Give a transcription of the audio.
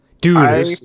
Dude